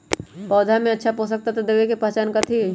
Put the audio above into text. पौधा में अच्छा पोषक तत्व देवे के पहचान कथी हई?